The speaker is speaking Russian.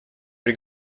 при